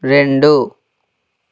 రెండు